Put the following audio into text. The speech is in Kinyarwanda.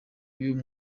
y’uyu